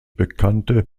bekannte